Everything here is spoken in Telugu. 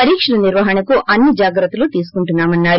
పరీక్షల నిర్వహణకు అన్ని జాగ్రత్తలు తీసుకుంటూన్నా మన్నారు